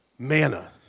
Manna